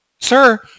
sir